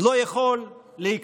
לא יכול להיכנס